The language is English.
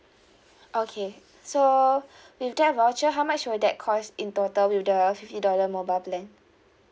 okay so with that voucher how much will that cost in total with the fifty dollar mobile plan